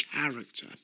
character